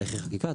תהליכי חקיקה,